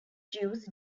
jews